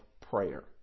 prayer